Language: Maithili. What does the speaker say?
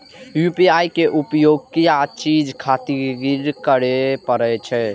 यू.पी.आई के उपयोग किया चीज खातिर करें परे छे?